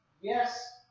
Yes